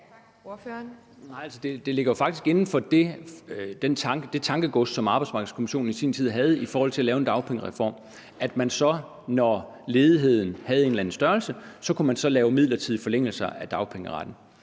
det ligger jo faktisk inden for det tankegods, som Arbejdsmarkedskommissionen i sin tid havde i forhold til at lave en dagpengereform, altså at man så, når ledigheden havde en eller anden størrelse, kunne lave midlertidige forlængelser af dagpengeretten.